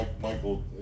Michael